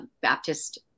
Baptist